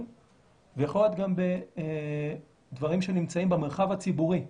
ויכול להיות גם בדברים שנמצאים במרחב הציבורי.